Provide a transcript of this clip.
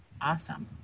Awesome